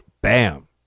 bam